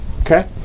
Okay